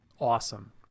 awesome